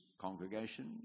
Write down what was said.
congregation